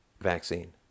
vaccine